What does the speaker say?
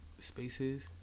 spaces